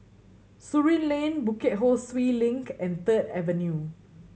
Surin Lane Bukit Ho Swee Link and Third Avenue